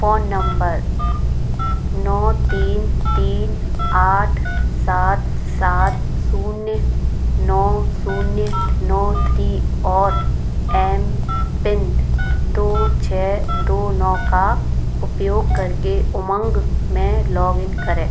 phone number नौ तीन तीन आठ सात सात शून्य नौ शून्य नौ थ्री और एमपिन दो छः दो नौ का उपयोग करके उमंग में लॉग इन करे